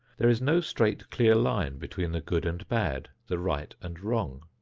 there is no straight clear line between the good and bad, the right and wrong.